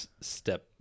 step